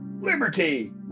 liberty